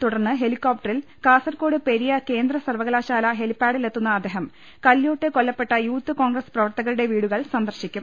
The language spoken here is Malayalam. തുടർന്ന് ഹെലികോപ്റ്ററിൽ കാസർകോട് പെരിയ കേന്ദ്ര സർവകലാശാല ഹെലിപ്പാഡിലെത്തുന്ന അദ്ദേഹം കല്ല്യോട്ട് കൊല്ലപ്പെട്ട യൂത്ത് കോൺഗ്രസ് പ്രവർത്തകരുടെ വീടു കൾ സന്ദർശിക്കും